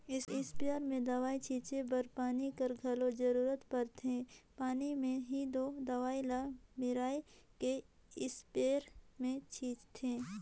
sprayer में दवई छींचे बर पानी कर घलो जरूरत परथे पानी में ही दो दवई ल मेराए के इस्परे मे छींचथें